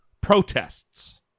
protests